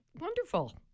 wonderful